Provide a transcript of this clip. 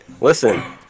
Listen